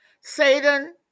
Satan